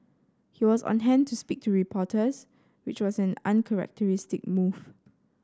he was on hand to speak to reporters which was an uncharacteristic move